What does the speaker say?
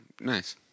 nice